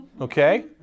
Okay